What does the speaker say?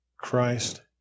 Christ